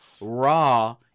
Raw